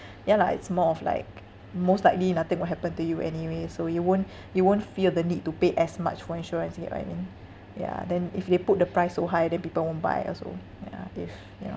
ya lah it's more of like most likely nothing will happen to you anyway so you won't you won't feel the need to pay as much for insurance ya I think ya then if they put the price so high then people won't buy also yeah if you know